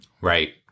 Right